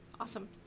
Awesome